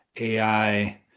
AI